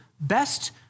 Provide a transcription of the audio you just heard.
best